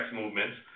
movements